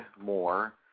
more